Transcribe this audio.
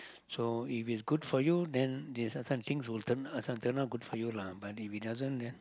so if it is good for you then this one sometimes things will turn out good for you lah